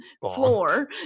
floor